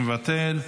מוותר,